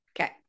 Okay